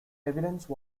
evidence